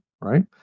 right